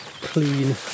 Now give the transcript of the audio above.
clean